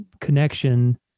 connection